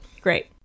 great